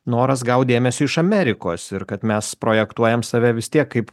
noras gaut dėmesio iš amerikos ir kad mes projektuojam save vis tiek kaip